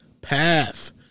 path